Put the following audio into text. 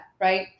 right